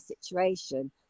situation